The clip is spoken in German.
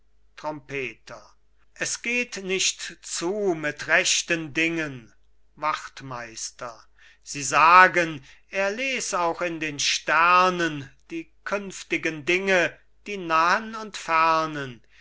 trompeter es geht nicht zu mit rechten dingen wachtmeister sie sagen er les auch in den sternen die künftigen dinge die nahen und fernen